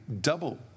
double